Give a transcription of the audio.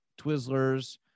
Twizzlers